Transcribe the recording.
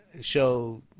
show